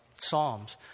psalms